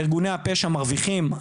ארגוני הפשע מרוויחים.